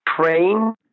train